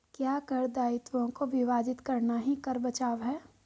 क्या कर दायित्वों को विभाजित करना ही कर बचाव है?